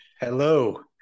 Hello